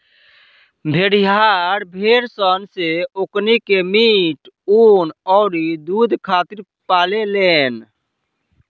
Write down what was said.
भेड़िहार भेड़ सन से ओकनी के मीट, ऊँन अउरी दुध खातिर पाले लेन